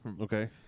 Okay